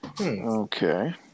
Okay